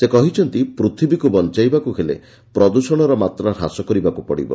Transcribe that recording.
ସେ କହିଛନ୍ତି ପୂଥିବୀକୁ ବଞ୍ଚାଇବାକୁ ହେଲେ ପ୍ରଦୃଷଣର ମାତ୍ରା ହାସ କରିବାକୁ ପଡ଼ିବ